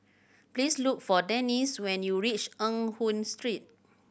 please look for Denisse when you reach Eng Hoon Street